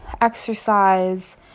exercise